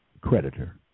creditor